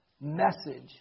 message